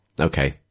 Okay